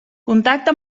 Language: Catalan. contacta